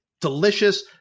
Delicious